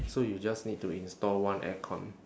so you just need to install one aircon